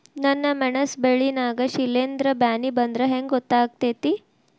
ನನ್ ಮೆಣಸ್ ಬೆಳಿ ನಾಗ ಶಿಲೇಂಧ್ರ ಬ್ಯಾನಿ ಬಂದ್ರ ಹೆಂಗ್ ಗೋತಾಗ್ತೆತಿ?